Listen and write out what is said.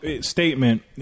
statement